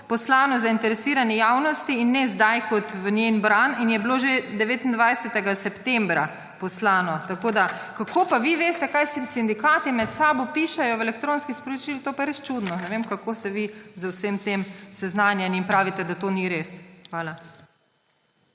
poslano od zainteresirane javnosti in ne zdaj kot v njen bran, poslano je bilo že 29. septembra. Kako pa vi veste, kaj si sindikati med seboj pišejo v elektronskih sporočilih? To je pa res čudno, ne vem, kako ste vi z vsem tem seznanjeni, in pravite, da to ni res. Hvala.